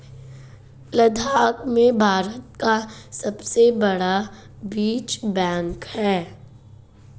लद्दाख में भारत का सबसे बड़ा बीज बैंक है